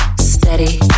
steady